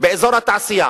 באזור התעשייה